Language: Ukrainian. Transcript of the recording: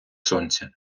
сонця